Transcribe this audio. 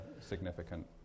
significant